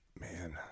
man